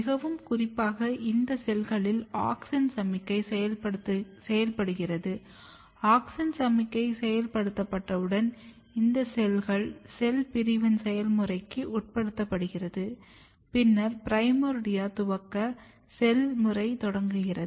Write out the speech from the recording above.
மிகவும் குறிப்பாக இந்த செல்களில் ஆக்ஸின் சமிக்ஞை செயல்படுத்தப்படுகிறது ஆக்ஸின் சமிக்ஞை செயல்படுத்தப்பட்டவுடன் இந்த செல்கள் செல் பிரிவின் செயல்முறைக்கு உட்படுத்தப்படுகிறது பின்னர் பிரைமோர்டியா துவக்க செயல்முறை தொடங்குகிறது